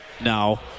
now